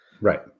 Right